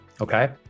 Okay